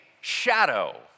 shadow